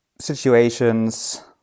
situations